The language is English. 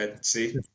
see